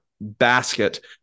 basket